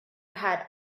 had